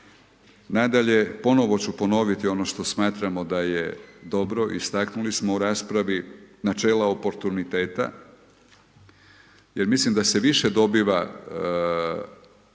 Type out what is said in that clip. Nadalje, ponovo ću ponoviti ono što smatramo da je dobro, istaknuli smo u raspravi, načela oportuniteta jer mislim da se više dobiva